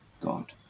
God